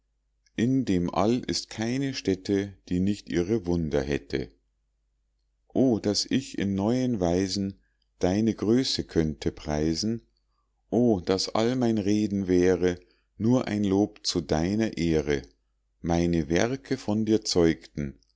in dem all ist keine stätte die nicht ihre wunder hätte o daß ich in neuen weisen deine größe könnte preisen o daß all mein reden wäre nur ein lob zu deiner ehre meine werke von dir zeugten